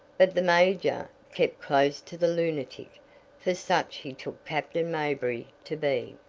but the major kept close to the lunatic for such he took captain mayberry to be.